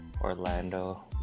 Orlando